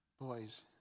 Boys